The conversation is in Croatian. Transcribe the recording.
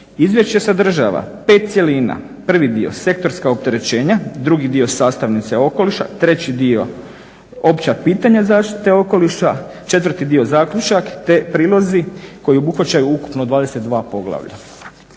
Izvješće sadržava 5 cjelina. Prvi dio – sektorska opterećenja, drugi dio – sastavnice okoliša, treći dio – opća pitanja zaštite okoliša, četvrti dio – zaključak te prilozi koji obuhvaćaju ukupno 22 poglavlja.